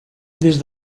des